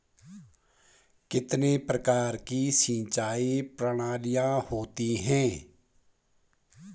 कितने प्रकार की सिंचाई प्रणालियों होती हैं?